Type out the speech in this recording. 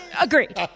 Agreed